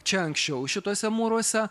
čia anksčiau šituose mūruose